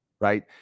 Right